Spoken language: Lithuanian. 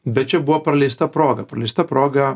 bet čia buvo praleista proga praleista proga